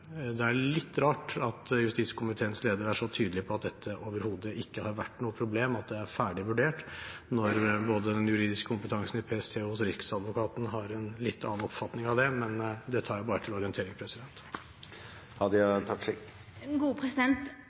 det er litt rart at justiskomiteens leder er så tydelig på at dette overhodet ikke har vært noe problem, og at det er ferdig vurdert, når både den juridiske kompetansen i PST og hos Riksadvokaten har en litt annen oppfatning av det. Men det tar jeg bare til orientering.